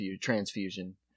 transfusion